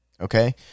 okay